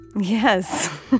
Yes